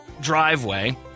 driveway